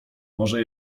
może